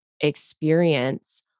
experience